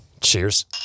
Cheers